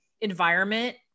environment